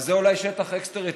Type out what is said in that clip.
אז זה אולי שטח אקס-טריטוריאלי,